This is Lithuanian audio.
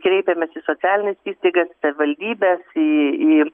kreipiamės į socialines įstaigas savivaldybes į į